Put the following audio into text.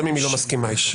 גם אם היא לא מסכימה איתי.